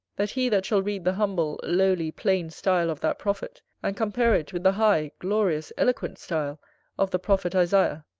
that he that shall read the humble, lowly, plain style of that prophet, and compare it with the high, glorious, eloquent style of the prophet isaiah,